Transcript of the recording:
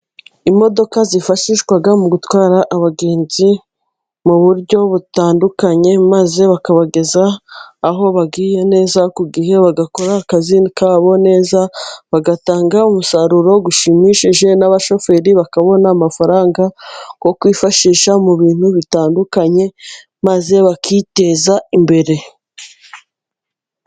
Imodoka zifashishwa mu gutwara abagenzi mu buryo butandukanye, maze bakabageza aho bagiye neza ku gihe, bagakora akazi kabo neza, bagatanga umusaruro ushimishije, n'abashoferi bakabona amafaranga yo kwifashisha mu bintu bitandukanye, maze bakiteza imbere.